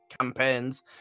campaigns